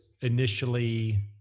initially